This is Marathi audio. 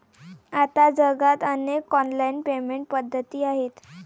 आता जगात अनेक ऑनलाइन पेमेंट पद्धती आहेत